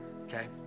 okay